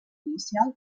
inicial